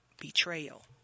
betrayal